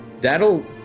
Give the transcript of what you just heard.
that'll